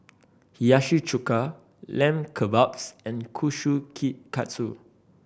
Hiyashi Chuka Lamb Kebabs and Kushikatsu